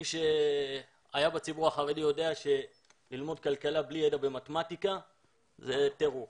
מי שהיה בציבור החרדי יודע שללמוד כלכלה בלי ידע במתמטיקה זה טירוף,